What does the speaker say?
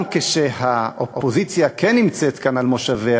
גם כשהאופוזיציה כן נמצאת כאן על מושביה,